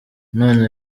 none